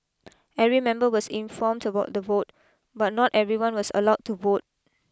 every member was informed about the vote but not everyone was allowed to vote